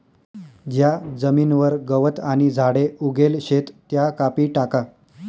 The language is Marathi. ज्या जमीनवर गवत आणि झाडे उगेल शेत त्या कापी टाका